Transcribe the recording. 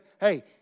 hey